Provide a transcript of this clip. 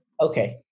Okay